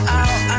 out